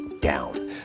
down